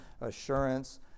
assurance